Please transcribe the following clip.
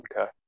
Okay